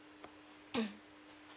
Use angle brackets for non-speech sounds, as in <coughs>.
<coughs>